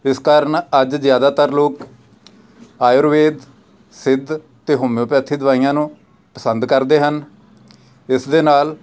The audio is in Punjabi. ਇਸ ਕਾਰਨ ਅੱਜ ਜ਼ਿਆਦਾਤਰ ਲੋਕ ਆਯੁਰਵੇਦ ਸਿੱਧ ਅਤੇ ਹੋਮਿਓਪੈਥੀ ਦਵਾਈਆਂ ਨੂੰ ਪਸੰਦ ਕਰਦੇ ਹਨ ਇਸ ਦੇ ਨਾਲ